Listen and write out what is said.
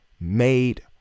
made